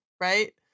right